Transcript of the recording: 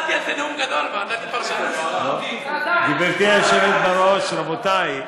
נשאתי על זה נאום גדול, גברתי היושבת-ראש, רבותי,